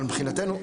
אבל מבחינתנו,